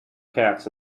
cats